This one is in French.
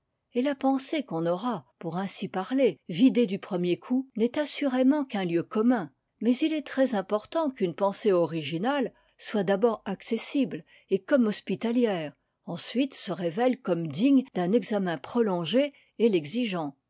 et la pensée qu'on aura pour ainsi parler vidée du premier coup n'est assurément qu'un lieu commun mais il est très important qu'une pensée originale soit d'abord accessible et comme hospitalière ensuite se révèle comme digne d'un examen prolongé et l'exigeant